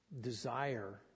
desire